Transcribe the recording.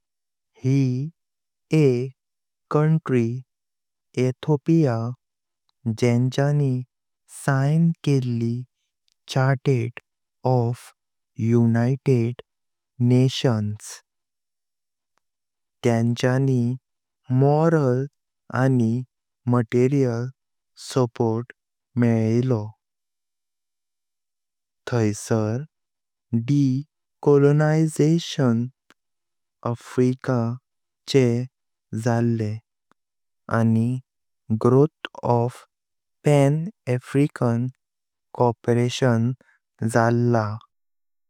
यी एक country Ethiopia जेन्च्यानी साइन केली chartered of the United Nation. तेन्च्यानी मोरल आनी मटीरीअल सपोर्ट मेळलो। थाइसार डिकोलोनाइजेशन आफ्रिका चे झाले आनी growth of pan African cooperation जाला।